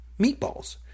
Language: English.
Meatballs